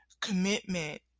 commitment